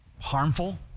harmful